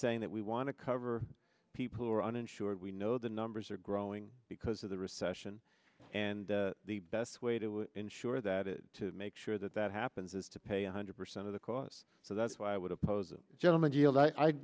saying that we want to cover people who are uninsured we know the numbers are growing because of the recession and the best way to insure that is to make sure that that happens is to pay one hundred percent of the costs so that's why i would oppose the gentleman